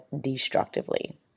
destructively